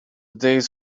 days